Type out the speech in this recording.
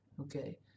okay